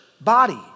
body